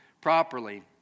properly